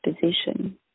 position